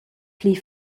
pli